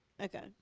Okay